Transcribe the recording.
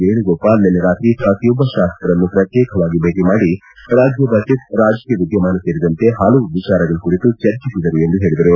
ವೇಣುಗೋಪಾಲ್ ನಿನ್ನೆ ರಾತ್ರಿ ಪ್ರತಿಯೊಬ್ಬ ಶಾಸಕರನ್ನು ಪ್ರತ್ಯೇಕ ಭೇಟಿ ಮಾಡಿ ರಾಜ್ಯ ಬಜೆಟ್ ರಾಜಕೀಯ ವಿದ್ಯಮಾನ ಸೇರಿದಂತೆ ಹಲವು ವಿಚಾರಗಳ ಕುರಿತು ಚರ್ಚಿಸಿದರು ಎಂದು ಹೇಳಿದರು